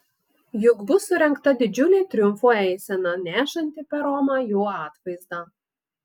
juk bus surengta didžiulė triumfo eisena nešanti per romą jo atvaizdą